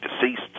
deceased